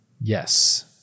Yes